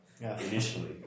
initially